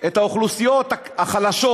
את האוכלוסיות החלשות,